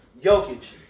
Jokic